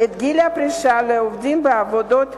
את גיל הפרישה לעובדים בעבודות